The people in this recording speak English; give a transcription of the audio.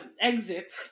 exit